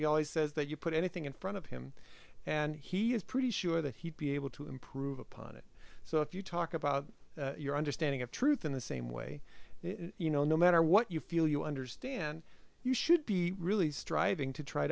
aussie always says that you put anything in front of him and he is pretty sure that he'd be able to improve upon it so if you talk about your understanding of truth in the same way you know no matter what you feel you understand you should be really striving to try